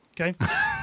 Okay